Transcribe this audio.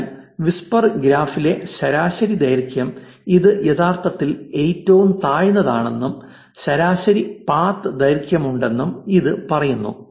അതിനാൽ വിസ്പർ ഗ്രാഫിലെ ശരാശരി ദൈർഘ്യം ഇത് യഥാർത്ഥത്തിൽ ഏറ്റവും താഴ്ന്നതാണെന്നും ശരാശരി പാത്ത് ദൈർഘ്യമുണ്ടെന്നും ഇത് പറയുന്നു